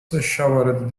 showered